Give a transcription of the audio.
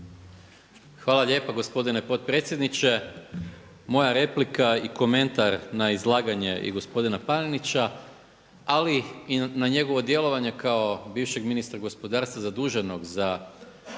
Hvala lijepa gospodine potpredsjedniče. Moja replika i komentar na izlaganje i gospodina Panenića ali i na njegovo djelovanje kao bivšeg Ministra gospodarstva zaduženog za